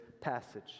passage